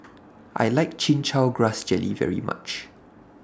I like Chin Chow Grass Jelly very much